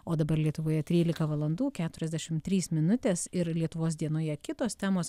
o dabar lietuvoje trylika valandų keturiasdešim trys minutės ir lietuvos dienoje kitos temos